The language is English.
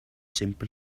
simple